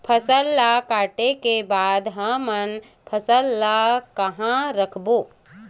फसल ला काटे के बाद हमन फसल ल कहां रखबो?